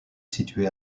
situé